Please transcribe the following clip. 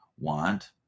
want